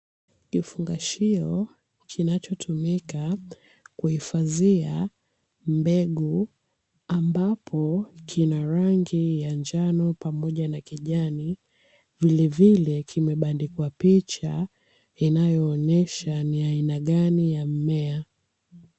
Kifungashio kinachotumika kuhifadhia mbegu, ambapo kina rangi ya njano pamoja na kijani, vilevile kimebandikwa picha inayoonyesha ni aina gani ya mmea.